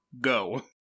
go